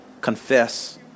Confess